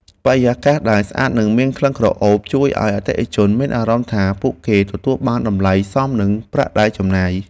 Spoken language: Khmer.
បរិយាកាសដែលស្អាតនិងមានក្លិនក្រអូបជួយឱ្យអតិថិជនមានអារម្មណ៍ថា ពួកគេទទួលបានតម្លៃសមនឹងប្រាក់ដែលចំណាយ។